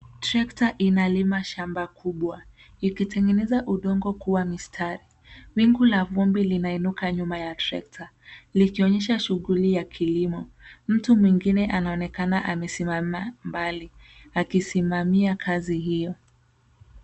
Trekta inalima shamba kubwa likitengeneza udongo kuwa mistari. Wingu la vumbi linainuka nyuma ya trekta likionyesha shughuli ya kilimo. Mtu mwengine anaonekana amesimama mbali akisimamia kazi hiyo.